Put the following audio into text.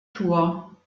tour